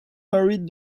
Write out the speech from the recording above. married